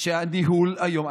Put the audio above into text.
שהניהול היום,